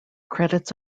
credits